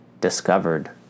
discovered